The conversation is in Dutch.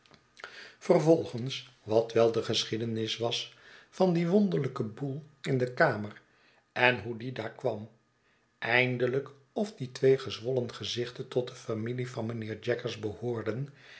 vervoigens wat wel de geschiedenis was van dien wonderlijken boel in de kamer en hoe die daar kwam eindelijk of die twee gezwollen gezichten tot de familie van mijnheer jaggers behoorden